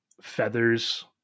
feathers